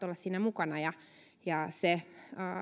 olla siinä mukana ja ja se